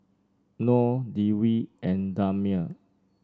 Nor Dwi and Damia